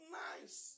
nice